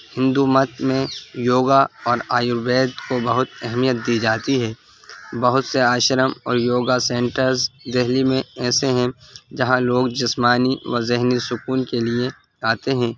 ہندو مت میں یوگا اور آیوروید کو بہت اہمیت دی جاتی ہے بہت سے آشرم اور یوگا سینٹرز دہلی میں ایسے ہیں جہاں لوگ جسمانی و ذہنی سکون کے لیے آتے ہیں